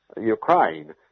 Ukraine